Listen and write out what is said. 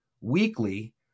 weekly